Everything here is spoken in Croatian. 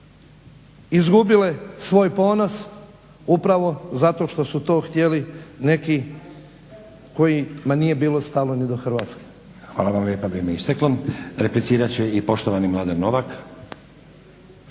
izgubile svoj ponos upravo zato što su to htjeli neki kojima nije bilo stalo ni do Hrvatske. **Stazić, Nenad (SDP)** Hvala vam lijepa, vrijeme je isteklo. Replicirat će i poštovani Mladen Novak.